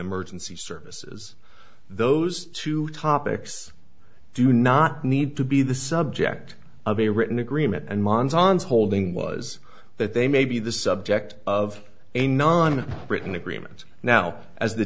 emergency services those two topics do not need to be the subject of a written agreement and manzano holding was that they may be the subject of a non written agreement now as the